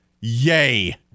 Yay